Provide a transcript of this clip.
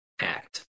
act